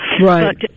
Right